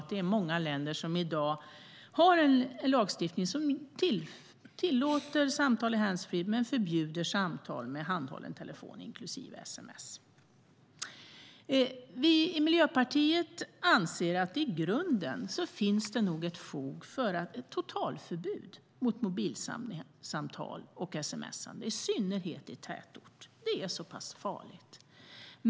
Det är många länder som i dag har en lagstiftning som tillåter samtal i handsfree men förbjuder samtal med handhållen telefon, inklusive sms. Vi i Miljöpartiet anser att det i grunden finns fog för ett totalförbud mot mobilsamtal och sms:ande, i synnerhet i tätorter. Det är så pass farligt.